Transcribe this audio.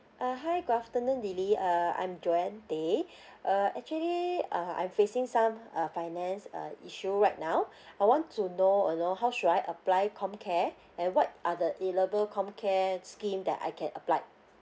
uh hi good afternoon lily uh I'm joan teh uh actually uh I'm facing some uh finance uh issue right now I want to know you know how should I apply comcare and what are the available comcare scheme that I can applied